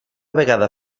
vegada